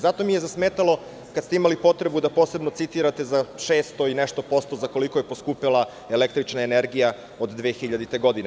Zato mi je zasmetalo kada ste imali potrebu da posebno citirate za 600 i nešto posto, za koliko je poskupela električna energija od 2000. godine.